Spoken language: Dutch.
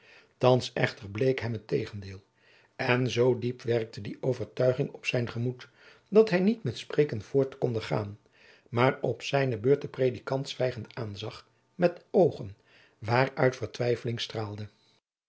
thands echter bleek hem het tegendeel en zoo diep werkte die overtuiging op zijn gemoed dat hij niet met spreken voort konde gaan maar op zijne beurt den predikant zwijgend aanzag met oogen waaruit vertwijfeling straalde